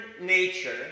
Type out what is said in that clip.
nature